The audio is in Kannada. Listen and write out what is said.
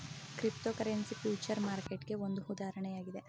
ಕ್ರಿಪ್ತೋಕರೆನ್ಸಿ ಫ್ಯೂಚರ್ ಮಾರ್ಕೆಟ್ಗೆ ಒಂದು ಉದಾಹರಣೆಯಾಗಿದೆ